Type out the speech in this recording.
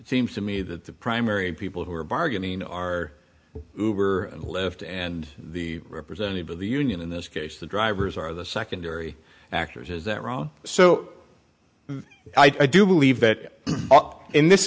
seems to me that the primary people who are bargaining are who are left and the representative of the union in this case the drivers are the secondary actors is that wrong so i do believe that in this